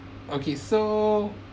okay so